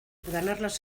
ganarlas